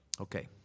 Okay